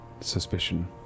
Suspicion